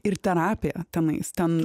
ir terapija tenais ten